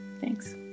thanks